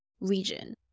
region